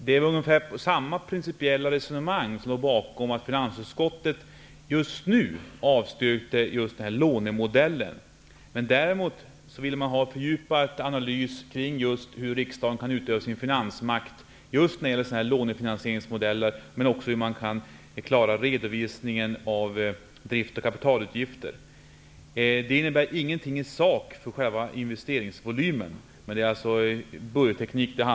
Det är ungefär samma principiella resonemang som ligger bakom att finansutskottet nu avstyrkte förslag om just denna lånemodell. Utskottet ville däremot ha en fördjupad analys av hur riksdagen kan utöva sin finansmakt när det gäller lånefinansieringsmodeller, men också av hur man kan klara redovisningen av drift och kapitalutgifter. Det innebär ingenting i sak för själva investeringsvolymen. Det handlar om budgetteknik.